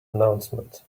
announcement